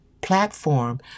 platform